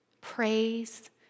Praise